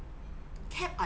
cap on